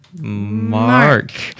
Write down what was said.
Mark